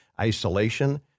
isolation